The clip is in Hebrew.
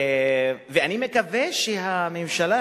אני מקווה שהממשלה,